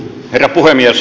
herra puhemies